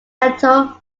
metal